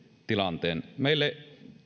tilanteen meille